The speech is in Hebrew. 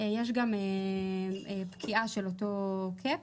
יש גם פקיעה של אותו קפ,